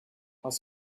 als